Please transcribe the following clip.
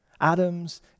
Adam's